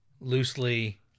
loosely